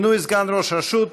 מינוי סגן ראש רשות),